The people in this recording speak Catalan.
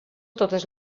totes